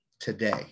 Today